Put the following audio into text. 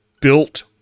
built